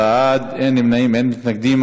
בעד 4, אין נמנעים ואין מתנגדים.